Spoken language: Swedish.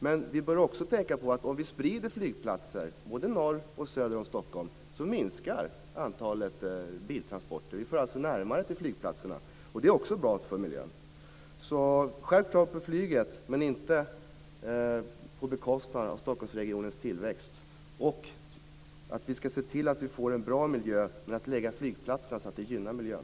Men vi bör också tänka på att om vi sprider flygplatser både norr och söder om Stockholm, minskar antalet biltransporter. Vi får alltså närmare till flygplatserna, och det är också bra för miljön. Skärpt krav på flyget, men inte på bekostnad av Stockholmsregionens tillväxt. Vi ska se till att vi får en bra miljö och förlägga flygplatserna så att det gynnar miljön.